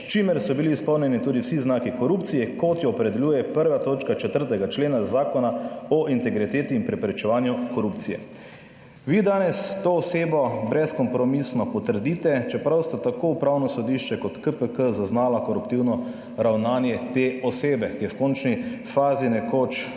s čimer so bili izpolnjeni tudi vsi znaki korupcije, kot jo opredeljuje 1. točka 4. člena Zakona o integriteti in preprečevanju korupcije." Vi danes to osebo brezkompromisno potrdite, čeprav sta tako Upravno sodišče kot KPK zaznala koruptivno ravnanje te osebe, ki je v končni fazi nekoč